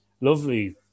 Lovely